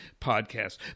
podcast